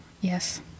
Yes